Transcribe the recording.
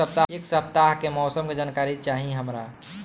एक सपताह के मौसम के जनाकरी चाही हमरा